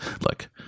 look